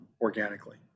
organically